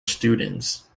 students